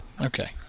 Okay